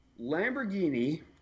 Lamborghini